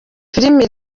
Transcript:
filime